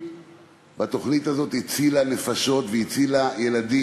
והתוכנית הזאת הצילה נפשות והצילה ילדים.